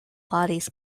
bodies